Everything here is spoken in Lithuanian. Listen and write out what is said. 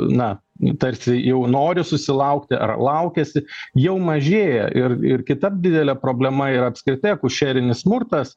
na tarsi jau nori susilaukti ar laukiasi jau mažėja ir ir kita didelė problema ir apskritai akušerinis smurtas